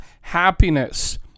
happiness